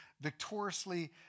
victoriously